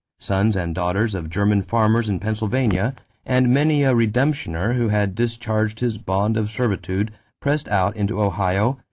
sons and daughters of german farmers in pennsylvania and many a redemptioner who had discharged his bond of servitude pressed out into ohio,